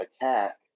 attack